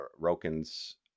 rokin's